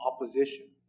opposition